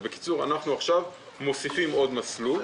אנחנו עכשיו מוסיפים עוד מסלול.